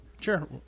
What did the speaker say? sure